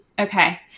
Okay